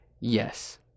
Yes